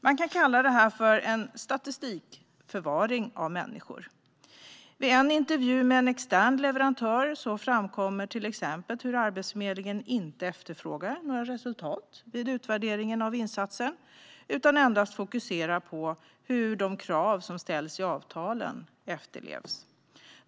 Man kan kalla detta en statistikförvaring av människor. Vid en intervju med en extern leverantör framkommer till exempel att Arbetsförmedlingen inte efterfrågar några resultat vid utvärderingen av insatsen, utan man fokuserar endast på hur de krav som ställs i avtalen efterlevs.